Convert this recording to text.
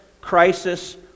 crisis